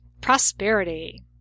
prosperity